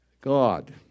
god